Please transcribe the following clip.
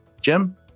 jim